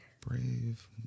Brave